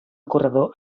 corredor